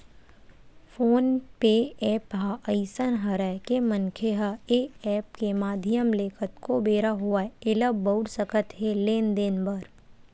phone पे app ह अइसन हरय के मनखे ह ऐ ऐप के माधियम ले कतको बेरा होवय ऐला बउर सकत हे लेन देन बर